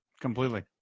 Completely